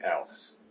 else